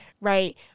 right